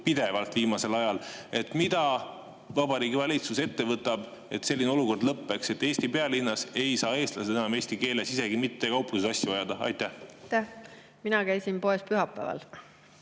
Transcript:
pidevalt viimasel ajal. Mida Vabariigi Valitsus ette võtab, et lõpeks selline olukord, et Eesti pealinnas ei saa eestlased enam eesti keeles isegi mitte kaupluses asju ajada? Aitäh! Mina käisin poes pühapäeval